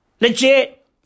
Legit